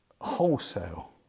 wholesale